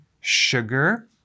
sugar